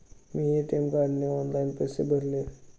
मी ATM कार्डने online पैसे भरले